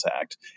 Act